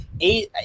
eight